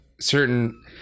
certain